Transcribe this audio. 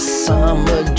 summer